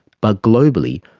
but globally,